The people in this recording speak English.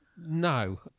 No